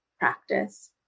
Practice